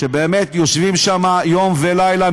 שבאמת יושבים שם יום ולילה,